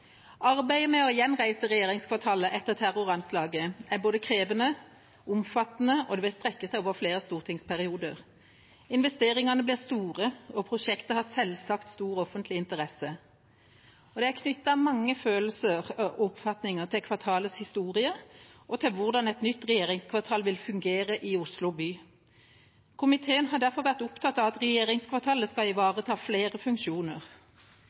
Arbeidet med å gjenreise regjeringskvartalet etter terroranslaget er både krevende og omfattende og vil strekke seg over flere stortingsperioder. Investeringene blir store, og prosjektet har selvsagt stor offentlig interesse. Det er knyttet mange følelser og oppfatninger til kvartalets historie og til hvordan et nytt regjeringskvartal vil fungere i Oslo by. Komiteen har derfor vært opptatt av at regjeringskvartalet skal ivareta flere funksjoner.